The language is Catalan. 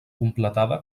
completada